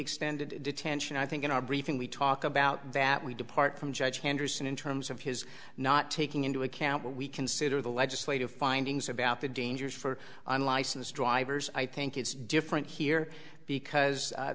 extended detention i think in our we talk about that we depart from judge henderson in terms of his not taking into account what we consider the legislative findings about the dangers for unlicensed drivers i think it's different here because